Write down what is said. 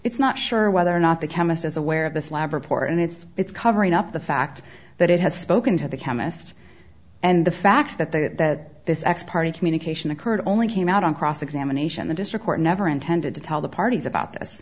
it's not sure whether or not the chemist is aware of this lab report and it's it's covering up the fact that it has spoken to the chemist and the fact that they that this x party communication occurred only came out on cross examination the district court never intended to tell the parties about this